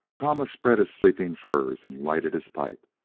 kama spread his sleeping-furs and lighted his pipe.